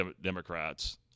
Democrats